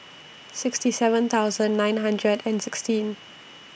sixty seven thousand nine hundred and sixteen